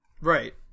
right